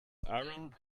aaron